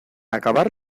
acabar